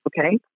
Okay